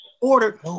Order